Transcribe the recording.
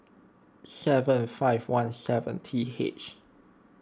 seven five one seven T H